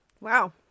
Wow